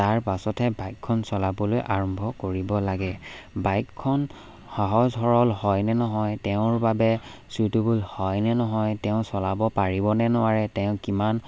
তাৰ পাছতহে বাইকখন চলাবলৈ আৰম্ভ কৰিব লাগে বাইকখন সহজ সৰল হয় নে নহয় তেওঁৰ বাবে চুইটেবল হয় নে নহয় তেওঁ চলাব পাৰিব নে নোৱাৰে তেওঁ কিমান